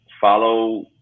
follow